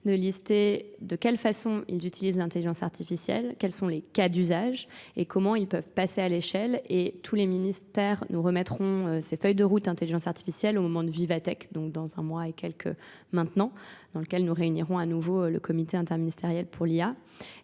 de lister de quelle façon ils utilisent l'intelligence artificielle, quels sont les cas d'usage et comment ils peuvent passer à l'échelle et tous les ministères nous remettront ces feuilles de route intelligence artificielle au moment de Vivatec, donc dans un mois et quelques maintenant, dans lequel nous réunirons à nouveau le comité interministériel pour l'IA.